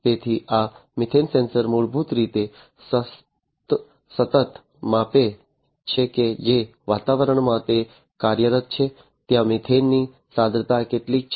તેથી આ methane sensor મૂળભૂત રીતે સતત માપે છે કે જે વાતાવરણમાં તે કાર્યરત છે ત્યાં મિથેનની સાંદ્રતા કેટલી છે